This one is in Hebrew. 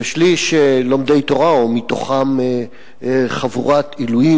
ושליש לומדי תורה ומתוכם חבורת עילויים